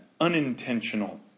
unintentional